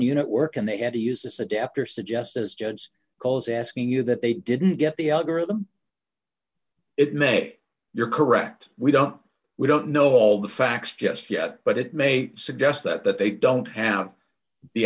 unit work and they had to use this adapter suggest as jones calls asking you that they didn't get the algorithm it may you're correct we don't we don't know all the facts just yet but it may suggest that that they don't have the